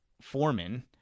Foreman